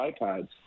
iPads